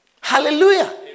Hallelujah